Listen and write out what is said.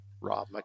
Rob